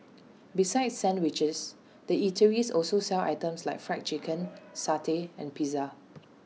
besides sandwiches the eateries also sell items like Fried Chicken satay and pizza